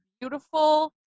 beautiful